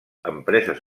empreses